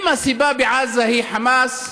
אם הסיבה בעזה היא חמאס,